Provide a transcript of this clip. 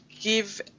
give